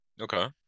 Okay